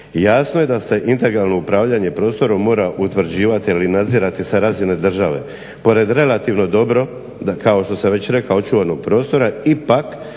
Jasno je da se integralno upravljanje prostorom mora utvrđivati ali i nadzirati sa razine države pored relativno dobro kao što sam već rekao očuvanog prostora ipak